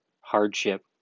hardship